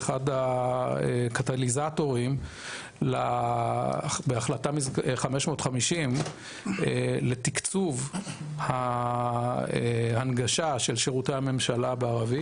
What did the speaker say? אחד הקטליזטורים בהחלטה 550 לתקצוב הנגשת שירותי הממשלה בערבית,